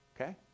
okay